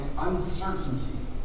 uncertainty